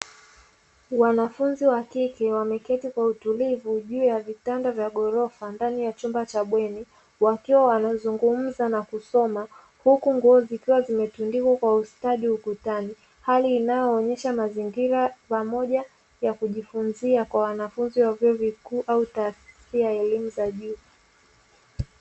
Wanafunzi wa kike wameketi kwa utulivu juu ya vitanda vya gorofa ndani ya chumba cha wageni wakiwa wanazungumza na kusoma, huku nguo zikiwa vimetundikwa kwa ustadi ukutani, hali inayoonyesha mazingira pamoja ya kujifunzia kwa wanafunzi wa vyuo vikuu au taasisi ya elimu ya juu.